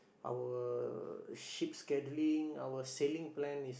our ship scheduling our sailing plan is